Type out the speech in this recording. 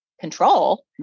control